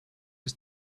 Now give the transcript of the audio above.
was